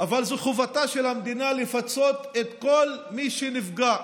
אבל זו חובתה של המדינה לפצות את כל מי שנפגע.